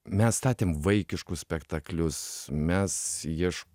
mes statėm vaikiškus spektaklius mes ieš